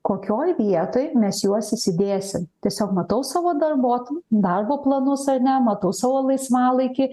kokioj vietoj mes juos įsidėsim tiesiog matau savo darbuotojų darbo planus ar ne matau savo laisvalaikį